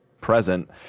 present